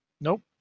nope